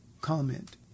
comment